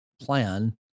plan